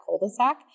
cul-de-sac